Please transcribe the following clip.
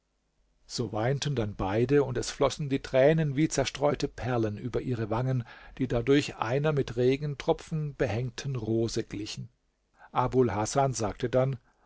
so weinten dann beide und es flossen die tränen wie zerstreute perlen über ihre wangen die dadurch einer mit regentropfen behängten rose glichen abul hasan sagte dann